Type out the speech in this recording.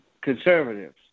conservatives